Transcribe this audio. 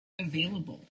available